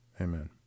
amen